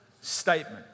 statement